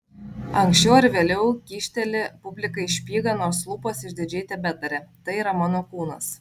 anksčiau ar vėliau kyšteli publikai špygą nors lūpos išdidžiai tebetaria tai yra mano kūnas